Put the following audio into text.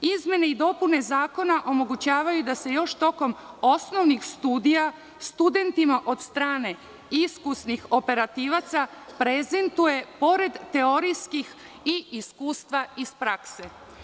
Izmene i dopune zakona omogućavaju da se još tokom osnovnih studija, studentima od strane iskusnih operativaca prezentuje pored teorijskih i iskustva iz prakse.